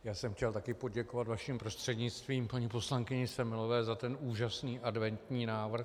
Já jsem chtěl poděkovat vaším prostřednictvím paní poslankyni Semelové za úžasný adventní návrh.